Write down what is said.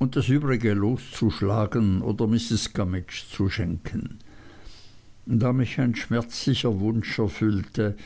und das übrige loszuschlagen oder mrs gummidge zu schenken da mich ein schmerzlicher wunsch erfüllte